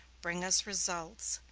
bring us results,